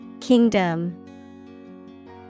Kingdom